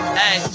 hey